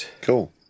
Cool